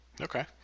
okay